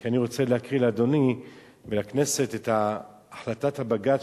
כי אני רוצה להקריא לאדוני ולכנסת את החלטת הבג"ץ,